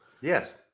Yes